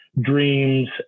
dreams